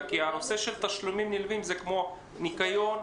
הנושא של תשלומים נלווים כמו ניקיון,